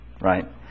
right